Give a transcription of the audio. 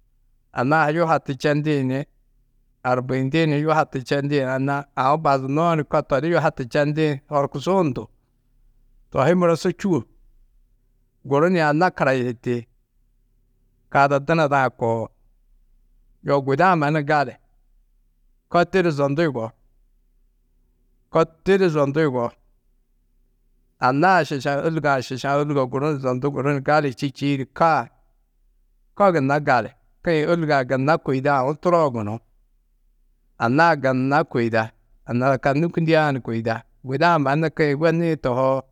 Anna-ã ha yuhatu čendi ni, arbiyindi ni yuhatu čendi anna, aũ bazunoó ni ko todi yuhatu čendi, horkusu hundu. Tohi muro su čûo. Guru ni anna karayihiti, ka ada dunoda-ã koo. Yoo guda-ã mannu gali, ko didi zondu yugó, ko didi zondu yugó. Anna-ã šiša ôlugo-ã šiša. Ôlugo guru ni zondu guru ni gali čî čîĩdi kaa. Ko gunna gali, ko-ĩ ôlugo-ã gunna kôida aũ turoo gunú. Anna-ã gunna kôida, anna ada ka nûkundiã ni kôida. Guda-ã mannu ko-ĩ weniĩ tohoo.